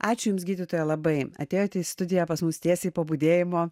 ačiū jums gydytoja labai atėjote į studiją pas mus tiesiai po budėjimo